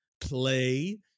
play